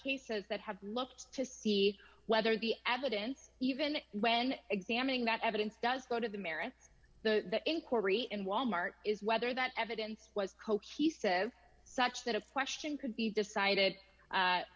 cases that have looked to see whether the evidence even when examining that evidence does go to the merits the inquiry in wal mart is whether that evidence was cohesive such that a question could be decided